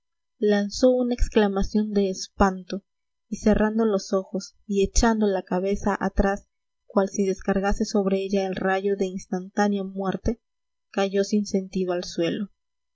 lanzó una exclamación de espanto y cerrando los ojos y echando la cabeza atrás cual si descargase sobre ella el rayo de instantánea muerte cayó sin sentido al suelo